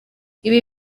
ibi